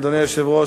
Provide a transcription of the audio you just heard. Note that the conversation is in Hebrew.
אדוני היושב-ראש,